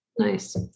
Nice